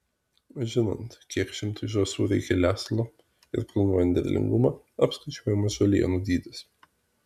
žinant kiek šimtui žąsų reikia lesalo ir planuojant derlingumą apskaičiuojamas žalienų dydis